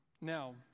Now